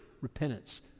Repentance